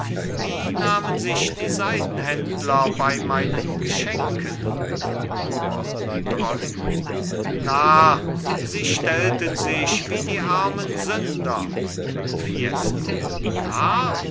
wie nahmen sich die seidenhändler bei meinen geschenken mohr drollig narr sie stellten sich wie die armen sünder fiesco narr